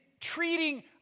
treating